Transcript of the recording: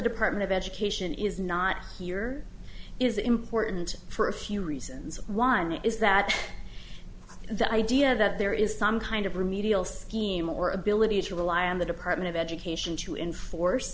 department of education is not here is important for a few reasons one is that the idea that there is some kind of remedial scheme or ability to rely on the department of education to enforce